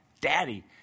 Daddy